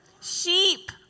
Sheep